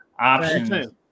options